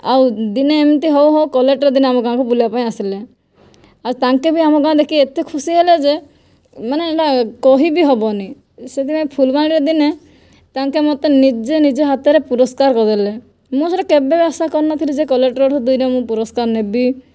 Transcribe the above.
ଆଉ ଦିନେ ଏମିତି ହେଉ ହେଉ କଲେକ୍ଟର ଦିନେ ଆମ ଗାଁକୁ ବୁଲିବା ପାଇଁ ଆସିଲେ ଆଉ ତାଙ୍କେ ବି ଆମ ଗାଁ ଦେଖି ଏତେ ଖୁସି ହେଲେ ଯେ ମାନେ ଏଇଟା କହିବି ହେବନି ସେଥିପାଇଁ ଫୁଲବାଣୀରେ ଦିନେ ତାଙ୍କେ ମୋତେ ନିଜେ ନିଜ ହାତରେ ପୁରସ୍କାର ଦେଲେ ମୁଁ ସେଇଟା କେବେ ଆଶା କରି ନଥିଲି ଯେ କଲେକ୍ଟରଠାରୁ ଦିନେ ମୁଁ ପୁରସ୍କାର ନେବି